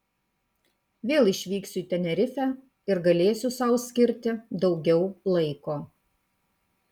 vėl išvyksiu į tenerifę ir galėsiu sau skirti daugiau laiko